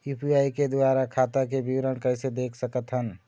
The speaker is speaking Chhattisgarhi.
यू.पी.आई के द्वारा खाता के विवरण कैसे देख सकत हन?